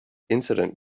incident